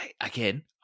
again